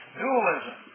dualism